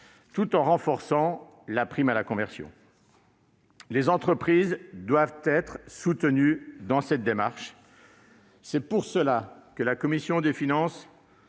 tout en renforçant la prime à la conversion. Les entreprises doivent être soutenues dans cette démarche ; c'est pour cela que la commission des finances